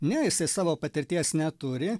ne jisai savo patirties neturi